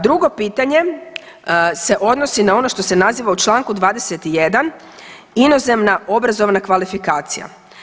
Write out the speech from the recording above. Drugo pitanje se odnosi na ono što se naziva u Članku 21. inozemna obrazovna kvalifikacija.